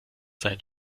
sein